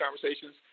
conversations